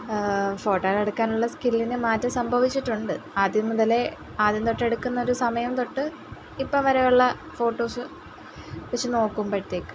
ഫോട്ടോകളെടുക്കാനുള്ള സ്കില്ലിന് മാറ്റം സംഭവിച്ചിട്ടുണ്ട് ആദ്യം മുതലേ ആദ്യന്തൊട്ടെടുക്കുന്നൊരു സമയം തൊട്ട് ഇപ്പോള് വരെയുള്ള ഫോട്ടോസ് വെച്ച് നോക്കുമ്പോഴത്തേക്ക്